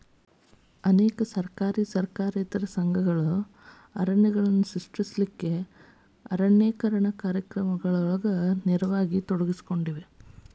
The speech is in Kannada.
ಅನೇಕ ಸರ್ಕಾರಿ ಸರ್ಕಾರೇತರ ಸಂಸ್ಥೆಗಳು ಅರಣ್ಯಗಳನ್ನು ಸೃಷ್ಟಿಸಲು ಅರಣ್ಯೇಕರಣ ಕಾರ್ಯಕ್ರಮಗಳಲ್ಲಿ ನೇರವಾಗಿ ತೊಡಗಿಸಿಕೊಂಡಿವೆ